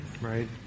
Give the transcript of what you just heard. Right